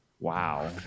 Wow